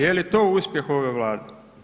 Je li to uspjeh ove Vlade?